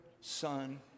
Son